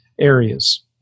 areas